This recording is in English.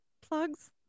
plugs